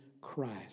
Christ